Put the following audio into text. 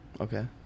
Okay